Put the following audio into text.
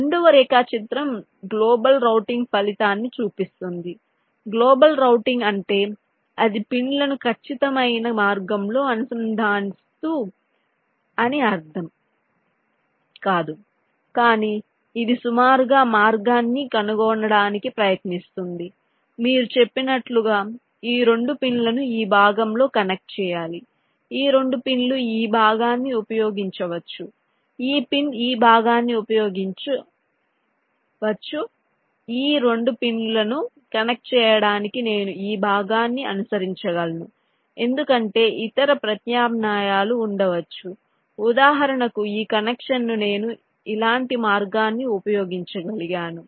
రెండవ రేఖాచిత్రం global routing ఫలితాన్ని చూపిస్తుంది గ్లోబల్ రౌటింగ్ అంటే ఇది పిన్లను ఖచ్చితమైన మార్గంలో అనుసంధాస్తుంది అని అర్థం కాదు కానీ ఇది సుమారుగా మార్గాన్ని కనుగొనడానికి ప్రయత్నిస్తుంది మీరు చెప్పినట్లుగా ఈ 2 పిన్లను ఈ భాగంలో కనెక్ట్ చేయాలి ఈ 2 పిన్లు ఈ భాగాన్ని ఉపయోగించవచ్చు ఈ పిన్ ఈ భాగాన్ని ఉపయోగించవచ్చు ఈ 2 పిన్లను కనెక్ట్ చేయడానికి నేను ఈ భాగాన్ని అనుసరించగలను ఎందుకంటే ఇతర ప్రత్యామ్నాయాలు ఉండవచ్చు ఉదాహరణకు ఈ కనెక్షన్ కు నేను ఇలాంటి మార్గాన్ని ఉపయోగించగలిగాను